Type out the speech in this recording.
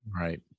Right